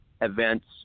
events